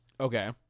Okay